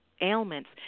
ailments